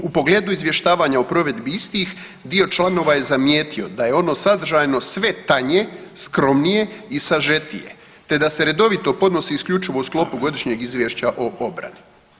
U pogledu izvještavanja o provedbi istih dio članova je zamijetio da je ono sadržajno sve tanje, skromnije i sažetije te da se redovito podnosi isključivo u sklopu godišnjeg izvješća o obrani.